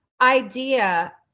idea